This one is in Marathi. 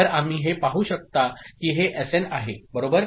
तर तुम्ही हे पाहू शकताकी हेएसएन आहे बरोबर